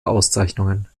auszeichnungen